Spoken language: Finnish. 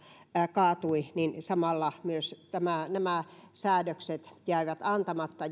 kaatui samalla myös nämä säädökset jäivät antamatta